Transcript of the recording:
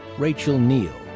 rachel neil.